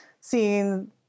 seeing